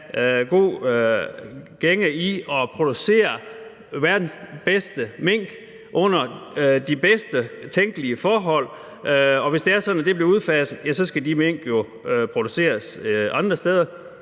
masser af god fornuft i at producere verdens bedste mink under de bedst tænkelige forhold, og hvis det er sådan, at det bliver udfaset, skal de mink jo produceres andre steder.